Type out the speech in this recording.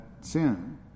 sin